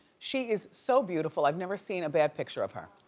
she is so beautiful, i've never seen a bad picture of her.